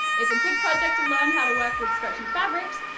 it's a good project to learn how to work with stretchy fabrics,